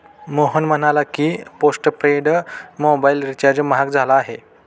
मोहन म्हणाला की, postpaid mobile recharge महाग झाला आहे